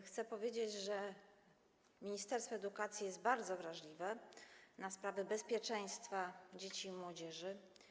Chcę powiedzieć, że Ministerstwo Edukacji Narodowej jest bardzo wrażliwe na sprawy bezpieczeństwa dzieci i młodzieży.